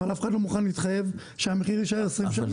אבל אף אחד לא מוכן להתחייב שהמחיר יישאר 20 שנה,